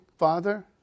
Father